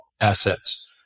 assets